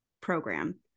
program